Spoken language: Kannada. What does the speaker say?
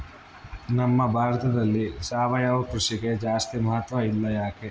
ನಮ್ಮ ಭಾರತದಲ್ಲಿ ಸಾವಯವ ಕೃಷಿಗೆ ಜಾಸ್ತಿ ಮಹತ್ವ ಇಲ್ಲ ಯಾಕೆ?